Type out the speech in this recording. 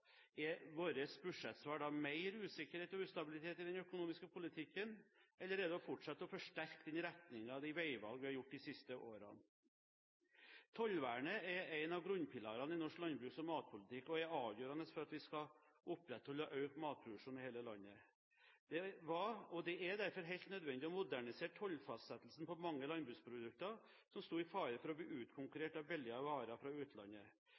Er vårt budsjettsvar da mer usikkerhet og ustabilitet i den økonomiske politikken? Eller er det å fortsette å forsterke den retningen og de veivalgene vi har gjort de siste årene? Tollvernet er en av grunnpilarene i norsk landbruks- og matpolitikk og er avgjørende for at vi skal opprettholde og øke matproduksjonen i hele landet. Det var, og er, derfor helt nødvendig å modernisere tollfastsettelsen på mange landbruksprodukter som sto i fare for å bli utkonkurrert av billigere varer fra utlandet.